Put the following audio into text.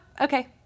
okay